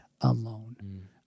alone